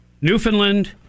Newfoundland